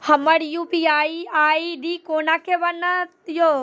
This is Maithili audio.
हमर यु.पी.आई आई.डी कोना के बनत यो?